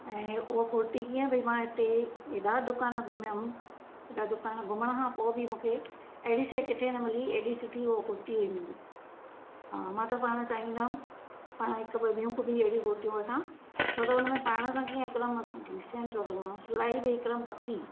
ऐं उहा कुर्ती कीअं भई मां हिते ऐॾा दुकान घुमयमि हेॾा दुकान घुमणु खां पोइ बि मूंखे अहिड़ी शइ किथे न मिली हेॾी सुठी हूअ कुर्ती हुई मुंहिंजी हा मां त पाण चाहिंदमि पाण हिकु ॿ ॿियूं ॿि अहिड़ी कुर्तियूं वठां छो त हुन में पाइणु सां कीअं हिकदमि मस्त डीसेंट लगूं पिया सिलाई बि हिकदमि पकी